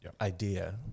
Idea